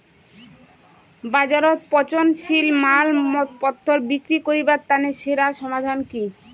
বাজারত পচনশীল মালপত্তর বিক্রি করিবার তানে সেরা সমাধান কি?